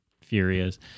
Furious